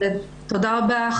תודה רבה,